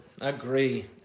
Agree